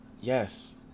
Yes